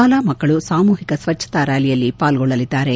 ಶಾಲಾ ಮಕ್ಕಳು ಸಾಮೂಹಿಕ ಸ್ವಚ್ವತಾ ರ್ವಾಲಿಯಲ್ಲಿ ಪಾಲ್ಗೊಳ್ಳಲಿದ್ದಾರೆ